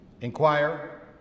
Inquire